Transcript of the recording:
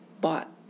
bought